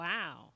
Wow